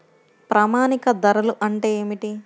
ప్రామాణిక ధరలు అంటే ఏమిటీ?